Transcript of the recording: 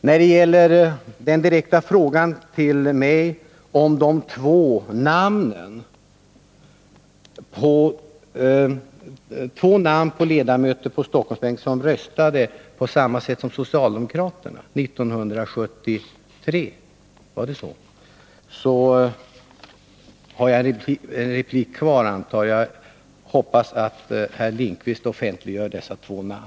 När det gäller den direkta frågan till mig om de två namnen på moderata ledamöter på Stockholmsbänken som röstade på samma sätt som socialdemokraterna 1973 hoppas jag att Oskar Lindkvist vill ge till känna vilka det är fråga om, så att jag kan återkomma i den replik jag har kvar.